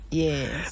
yes